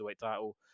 title